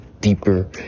deeper